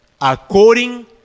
according